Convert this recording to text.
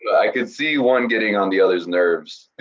i could see one getting on the other's nerves,